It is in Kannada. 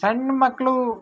ಸಣ್ಣ ಮಕ್ಕಳು